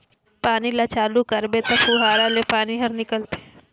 पानी ल चालू करबे त फुहारा ले पानी हर निकलथे